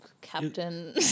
Captain